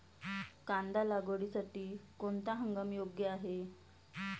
कांदा लागवडीसाठी कोणता हंगाम योग्य आहे?